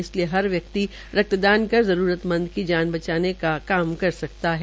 इसलिए हर व्यक्ति रक्तदान कर जरूरतमंद की जांन बचाने का काम कर सकता है